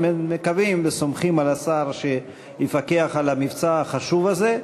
ומקווים וסומכים על השר שיפקח על המבצע החשוב הזה.